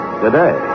today